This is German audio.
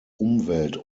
umwelt